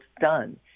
done—